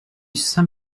saint